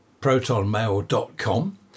ProtonMail.com